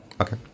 Okay